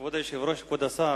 כבוד היושב-ראש, כבוד השר,